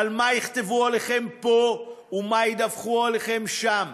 על מה יכתבו עליכם פה ומה ידווחו עליכם שם.